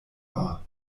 war